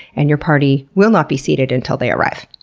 and your party will not be seated until they arrive.